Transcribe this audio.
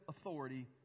authority